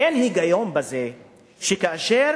היגיון בזה שכאשר